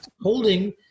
holding